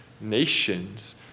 nations